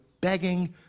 begging